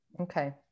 Okay